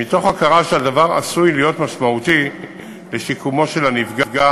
מההכרה שהדבר עשוי להיות משמעותי לשיקומו של הנפגע